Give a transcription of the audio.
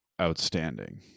outstanding